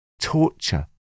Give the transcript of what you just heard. torture